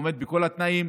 עומד בכל התנאים,